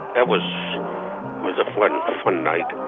that was was a flood one night